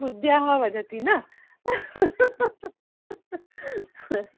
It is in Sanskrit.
बुद्धेः वदति न